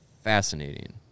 fascinating